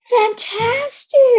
fantastic